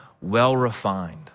well-refined